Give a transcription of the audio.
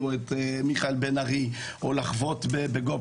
על הפרקטיקה של המשטרה בחקירות על ציוצים בטוויטר.